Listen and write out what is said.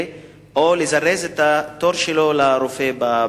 או לזרז את התור שלו לרופא בבית-חולים.